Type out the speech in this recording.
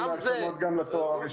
יש גידולים בהרשמות גם לתואר הראשון.